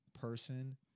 person